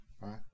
right